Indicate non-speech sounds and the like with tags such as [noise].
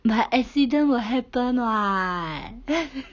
but accident will happen [what] [breath]